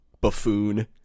buffoon